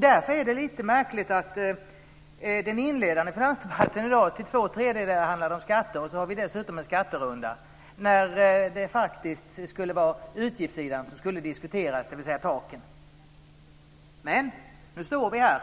Därför är det lite märkligt att den inledande finansdebatten i dag till två tredjedelar handlade om skatter, och sedan har vi dessutom en skatterunda, när det faktiskt var utgiftssidan, dvs. taken, som skulle diskuteras. Men nu står vi här,